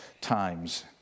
times